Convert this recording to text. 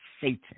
Satan